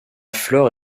flore